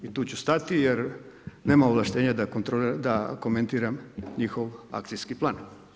I tu ću stati, jer nema ovlaštenja da komentiram njihova akcijski plan.